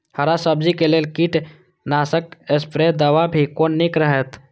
हरा सब्जी के लेल कीट नाशक स्प्रै दवा भी कोन नीक रहैत?